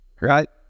Right